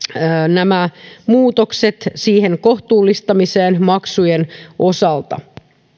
muutokset kohtuullistamiseen maksujen osalta